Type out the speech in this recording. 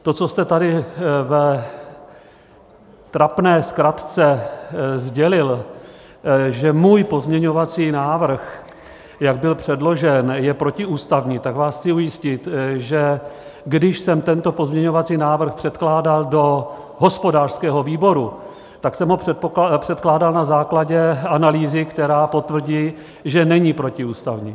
To, co jste tady v trapné zkratce sdělil, že můj pozměňovací návrh, jak byl předložen, je protiústavní, tak vás chci ujistit, že když jsem tento pozměňovací návrh předkládal do hospodářského výboru, tak jsem ho předkládal na základě analýzy, která potvrdí, že není protiústavní.